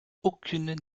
aucune